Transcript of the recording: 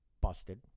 busted